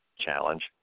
challenge